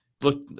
look